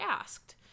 asked